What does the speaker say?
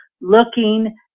looking